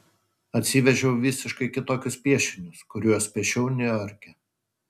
atsivežiau visiškai kitokius piešinius kuriuos piešiau niujorke